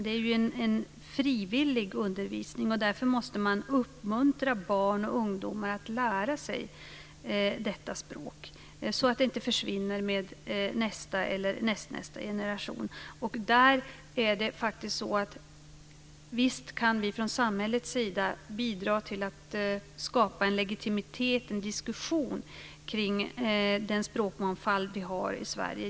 Det är ju fråga om en frivillig undervisning, och därför måste man uppmuntra barn och ungdomar att lära sig detta språk, så att det inte försvinner med nästa eller näst-nästa generation. Visst kan vi från samhällets sida bidra till att skapa en legitimitet och en diskussion kring den språkmångfald som vi har i Sverige.